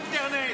אין להם אינטרנט.